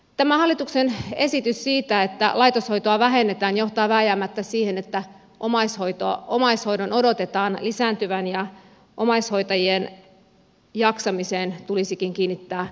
tämä hallituksen esitys siitä että laitoshoitoa vähennetään johtaa vääjäämättä siihen että omais hoidon odotetaan lisääntyvän ja omaishoitajien jaksamiseen tulisikin kiinnittää erityistä huo miota